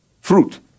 fruit